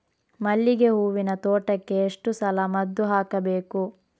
ಮಲ್ಲಿಗೆ ಹೂವಿನ ತೋಟಕ್ಕೆ ಎಷ್ಟು ಸಲ ಮದ್ದು ಹಾಕಬೇಕು?